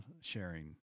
sharing